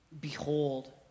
Behold